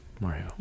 mario